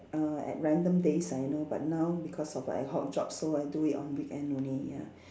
uh at random days I know but now because of ad hoc jobs so I do it on weekend only ya